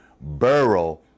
Burrow